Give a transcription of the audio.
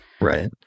Right